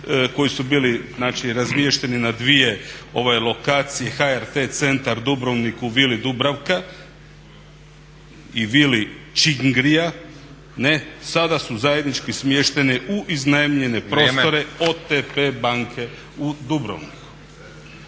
koji su bili znači razmješteni na dvije lokacije: HRT centar Dubrovnik u Vili Dubravka i Vili Čingrija, sada su zajednički smješteni u iznajmljene prostore OPT banke u Dubrovniku.